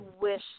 wish